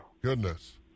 goodness